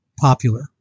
popular